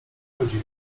chodził